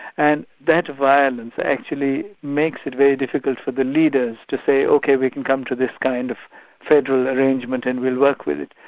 and that violence actually makes it very difficult for the leaders to say ok, we can come to this kind of federal arrangement and we'll work with it.